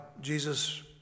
Jesus